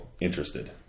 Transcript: interested